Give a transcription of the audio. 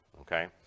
Okay